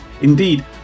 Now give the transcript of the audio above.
Indeed